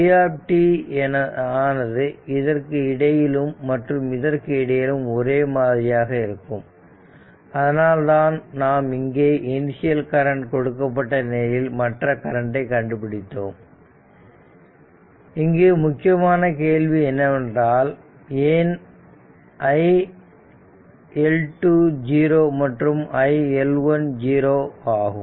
இந்த vt ஆனது இதற்கு இடையிலும் மற்றும் இதற்கு இடையிலும் ஒரே மாதிரியாக இருக்கும் அதனால் தான் நாம் இங்கே இனிஷியல் கரண்ட் கொடுக்கப்பட்ட நிலையில் மற்ற கரண்டை கண்டுபிடித்தோம் இங்கு முக்கியமான கேள்வி என்னவென்றால் ஏன் iL2 0 மற்றும் iL1 0 ஆகும்